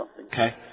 Okay